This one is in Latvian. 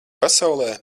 pasaulē